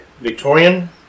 Victorian